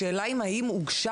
השאלה האם הוגשה